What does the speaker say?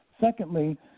Secondly